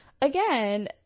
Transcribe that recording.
again